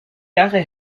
jahre